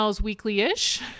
weekly-ish